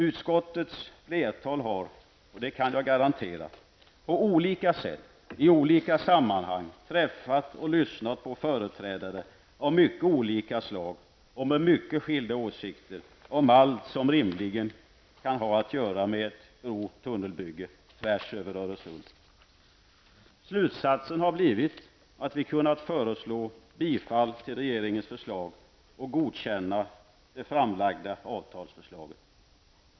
Utskottets flertal har -- det kan jag garantera -- på olika sätt och i olika sammanhang träffat och lyssnat på företrädare av mycket olika slag och med mycket skilda åsikter om allt som rimligen kan ha att göra med ett bro och tunnelbygge tvärs över Öresund. Slutsatsen har blivit att vi har kunnat föreslå bifall till regeringens förslag och godkännande av det framlagda avtalsförslaget.